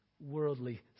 Worldly